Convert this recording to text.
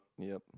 yup